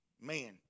man